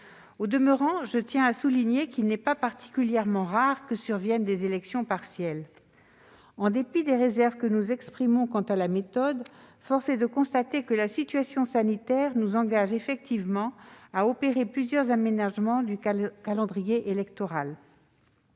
Au demeurant, je tiens à souligner qu'il n'est pas particulièrement rare que surviennent des élections partielles. En dépit des réserves que nous exprimons quant à la méthode, force est de constater que la situation sanitaire nous engage effectivement à opérer plusieurs aménagements du calendrier électoral.